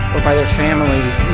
or by their families